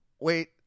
Wait